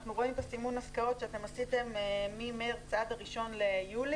אנחנו רואים את סימון העסקאות שעשיתם ממרץ עד ה-1 ביולי,